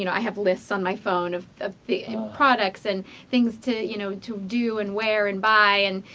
you know i have lists on my phone of of the products, and things to you know, to do and wear and buy. and,